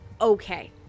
okay